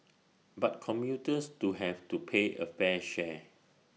but commuters to have to pay A fair share